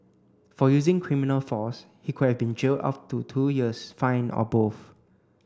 for using criminal force he could have been jailed up to two years fined or both